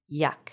yuck